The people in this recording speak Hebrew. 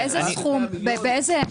כבוד היושב-ראש,